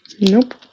Nope